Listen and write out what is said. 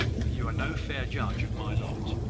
that you are no fair judge of my lot.